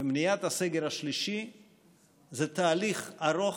ומניעת הסגר השלישי הם תהליך ארוך,